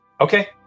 Okay